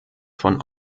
von